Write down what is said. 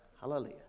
Hallelujah